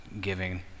giving